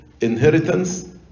inheritance